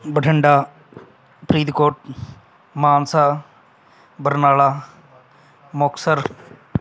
Bathinda Faridkot Mansa Barnala Muktsar